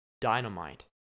dynamite